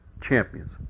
champions